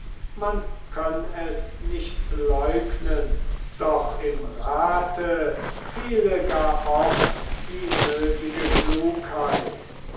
man könn es nicht leugnen doch im rate fehle gar oft die nötige klugheit